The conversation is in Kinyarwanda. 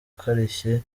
akarishye